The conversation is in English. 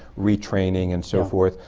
retaining and so forth.